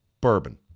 bourbon